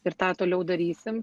ir tą toliau darysim